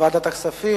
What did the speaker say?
ועדת הכספים,